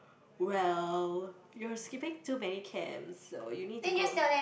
well you're skipping too many camp so you need to go